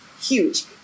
huge